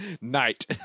night